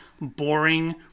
boring